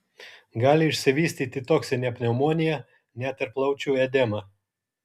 gali išsivystyti toksinė pneumonija net ir plaučių edema